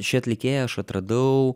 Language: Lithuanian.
šį atlikėją aš atradau